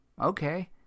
okay